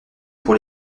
pour